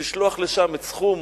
לשלוח לשם את סכום